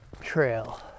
trail